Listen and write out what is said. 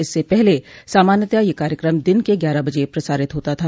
इससे पहले सामान्यता यह कार्यक्रम दिन के ग्यारह बजे प्रसारित होता था